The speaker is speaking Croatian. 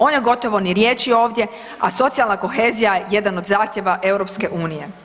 O njoj gotovo ni riječi ovdje, a socijalna kohezija jedan od zahtjeva EU.